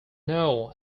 know